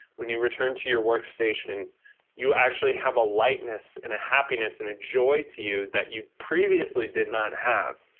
when you return to your workstation you actually have a lightness and happiness and joy to you that you previously did not have,